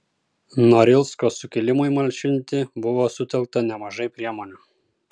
norilsko sukilimui malšinti buvo sutelkta nemažai priemonių